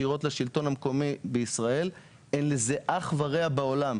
יש לנו הרבה מאוד רעיונות.